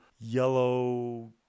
yellow